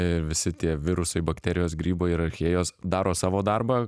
i visi tie virusai bakterijos grybai ir archėjos daro savo darbą